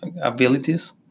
abilities